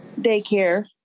daycare